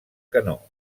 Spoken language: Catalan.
canó